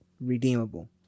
redeemable